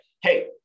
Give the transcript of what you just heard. hey